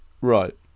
right